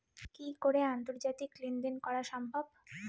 কি করে আন্তর্জাতিক লেনদেন করা সম্ভব?